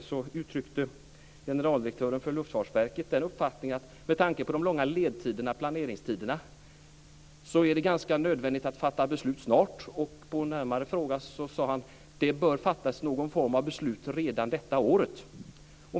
Där uttryckte generaldirektören för Luftfartsverket uppfattningen, att med tanke på de långa ledtiderna, planeringstiderna, är det ganska nödvändigt att fatta beslut snart. På närmare fråga sade han: Det bör fattas någon form av beslut redan detta år.